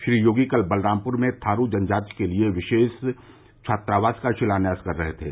श्री योगी कल बलरामपुर में थारू जनजाति के लिए विशेष छात्रावास का शिलान्यास कर रहे थे